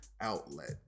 outlet